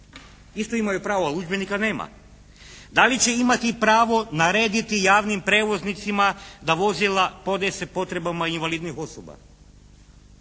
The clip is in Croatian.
Isto imaju pravo, a udžbenika nema. Da li će imati pravo narediti javnim prijevoznicima da vozila podese potrebama invalidnih osoba?